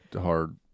hard